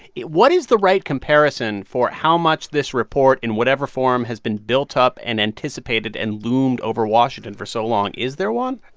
yeah what is the right comparison for how much this report, in whatever form, has been built up and anticipated and loomed over washington for so long? is there one?